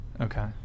okay